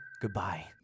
goodbye